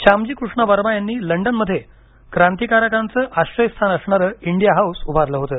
श्यामजी कृष्ण वर्मा यांनी लंडनमध्ये क्रांतीकारकांच आश्रयस्थान असणारे इंडिया हाऊस उभारलं होतं